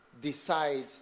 decide